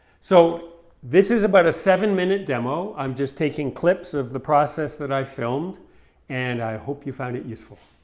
so this is about a seven minute demo. i'm just taking clips of the process that i filmed and i hope you found it useful.